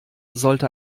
sollte